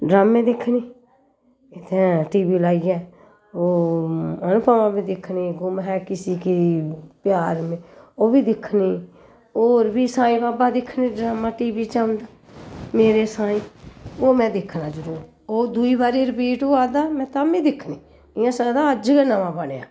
ड्रामे दिक्खनी इत्थैं टी वी लाइयै ओह् अनुपमा बी दिक्खनी गुम्म है किसी कि प्यार में ओह् बी दिक्खनी होर बी साईं बाबा दिक्खनी ड्रामा टी वी च औंदा मेरे साईं ओह् में दिक्खना जरूर ओह् दुई बारी रपीट होआ दा में तां बी दिक्खनी इ'यां सकदा अज्ज गै नमां बनेआ